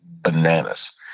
bananas